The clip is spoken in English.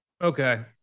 Okay